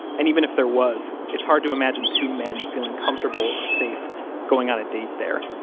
and even if there was, it's hard to imagine two men feeling comfortable or safe going on a date there.